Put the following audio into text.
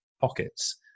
pockets